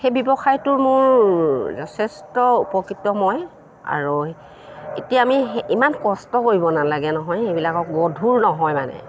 সেই ব্যৱসায়টো মোৰ যথেষ্ট উপকৃত মই আৰু এতিয়া আমি ইমান কষ্ট কৰিব নালাগে নহয় সেইবিলাকক গধুৰ নহয় মানে